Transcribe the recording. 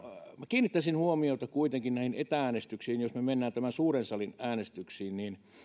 kiinnittäisin huomiota kuitenkin näihin etä äänestyksiin jos me menemme tämän suuren salin äänestyksiin niin